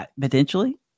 Potentially